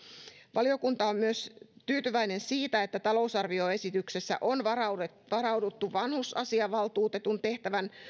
valiokunta on myös tyytyväinen siitä että talousarvioesityksessä on varauduttu varauduttu vanhusasiavaltuutetun tehtävän